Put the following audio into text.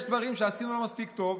יש דברים שעשינו לא מספיק טוב: